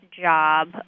job